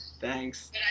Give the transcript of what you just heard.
Thanks